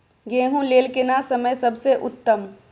गेहूँ लेल केना समय सबसे उत्तम?